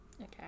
Okay